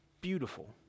beautiful